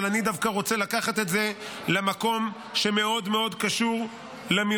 אבל אני דווקא רוצה לקחת את זה למקום שמאוד מאוד קשור למלחמה.